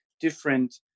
different